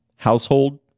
household